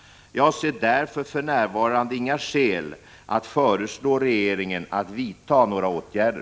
Jag ser därför för närvarande inga skäl att föreslå regeringen att vidta några åtgärder.